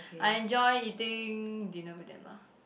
I enjoy eating dinner with them la